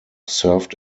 served